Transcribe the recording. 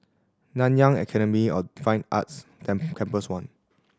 Nanyang Academy of Fine Arts Tan Campus One